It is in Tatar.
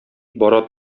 бара